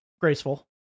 graceful